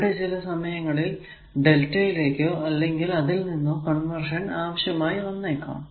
ഇവിടെ ചില സമയങ്ങളിൽ Δ ലേക്കോ അല്ലെങ്കിൽ അതിൽ നിന്നോ കൺവെർഷൻ ആവശ്യമായി വന്നേക്കാം